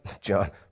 John